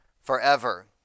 forever